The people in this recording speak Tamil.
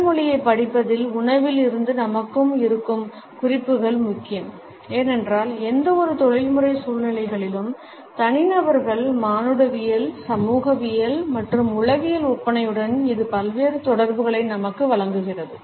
உடல் மொழியைப் படிப்பதில் உணவில் இருந்து நமக்கு இருக்கும் குறிப்புகள் முக்கியம் ஏனென்றால் எந்தவொரு தொழில்முறை சூழ்நிலைகளிலும் தனிநபர்களின் மானுடவியல் சமூகவியல் மற்றும் உளவியல் ஒப்பனையுடன் இது பல்வேறு தொடர்புகளை நமக்கு வழங்குகிறது